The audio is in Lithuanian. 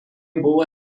buvo